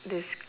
this